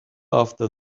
after